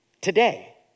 today